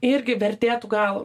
irgi vertėtų gal